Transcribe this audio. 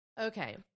Okay